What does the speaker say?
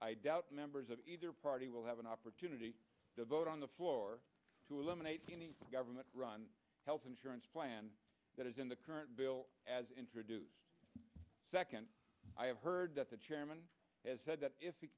i doubt members of either party will have an opportunity to vote on the floor to eliminate any government run health insurance plan that is in the current bill as introduced second i have heard that the chairman has said that if he